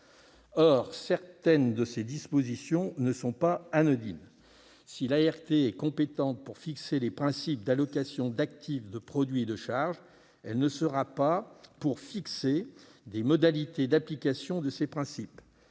Or certaines de ces dispositions ne sont pas anodines. Si l'ART est compétente pour fixer les principes d'allocation d'actifs, de produits et de charges, elle ne le sera pas pour fixer les modalités d'application de ces principes.